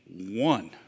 one